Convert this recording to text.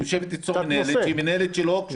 היא יושבת אצלו כמינהלת שלו.